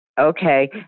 okay